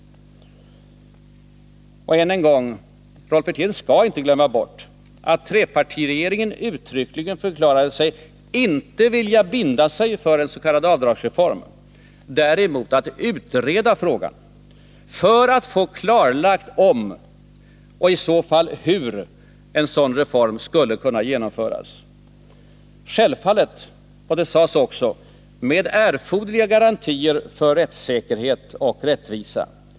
Än en gång: Rolf Wirtén skall inte glömma bort att trepartiregeringen uttryckligen förklarade att den inte ville binda sig för en sådan avdragsreform, men däremot ville utreda frågan, för att få klarlagt om och i så fall hur en sådan reform skulle kunna genomföras, självfallet — det sades också — med erforderliga garantier för rättssäkerhet och rättvisa.